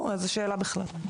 ברור איזו שאלה בכלל.